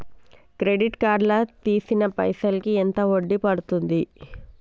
Credit card లా తీసిన పైసల్ కి ఎంత వడ్డీ పండుద్ధి?